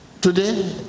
Today